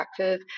interactive